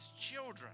children